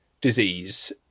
disease